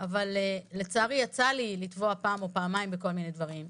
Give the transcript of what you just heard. אבל לצערי יצא לי לתבוע פעם או פעמיים בכל מיני דברים.